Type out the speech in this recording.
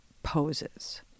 Poses